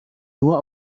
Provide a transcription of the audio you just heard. nur